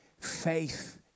Faith